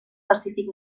pacífic